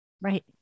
Right